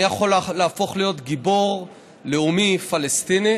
אני יכול להפוך להיות גיבור לאומי פלסטיני